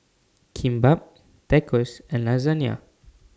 Kimbap Tacos and Lasagna